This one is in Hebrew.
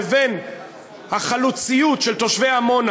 לבין החלוציות של תושבי עמונה